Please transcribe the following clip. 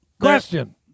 Question